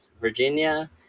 Virginia